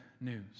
news